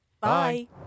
Bye